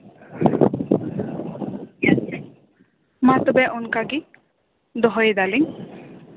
ᱢᱟ ᱛᱚᱵᱮ ᱚᱱᱠᱟᱜᱮ ᱫᱚᱦᱚᱭ ᱫᱟᱞᱤᱧ